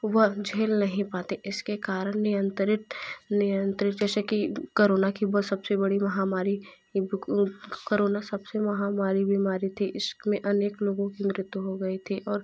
वह झेल नहीं पाते इसके कारण नियंत्रित नियंत्रित जैसे कि करोना की वो सबसे बड़ी महामारी करोना सबसे महामारी बीमारी थी इसमें अनेक लोगों की मृत्यु हो गई थी और